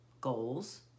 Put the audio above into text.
goals